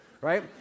Right